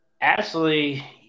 Ashley